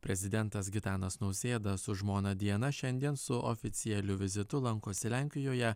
prezidentas gitanas nausėda su žmona diana šiandien su oficialiu vizitu lankosi lenkijoje